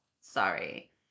sorry